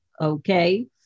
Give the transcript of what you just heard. okay